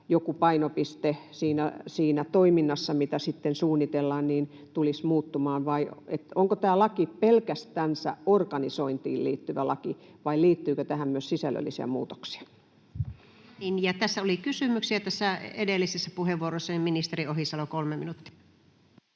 joku painopiste siinä toiminnassa, mitä sitten suunnitellaan, tulisi muuttumaan? Onko tämä laki pelkästänsä organisointiin liittyvä laki vai liittyykö tähän myös sisällöllisiä muutoksia? [Speech 143] Speaker: Anu Vehviläinen Party: N/A Role: chairman